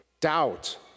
doubt